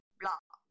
blah